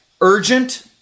urgent